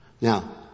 Now